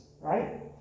right